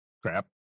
crap